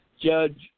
Judge